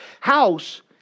house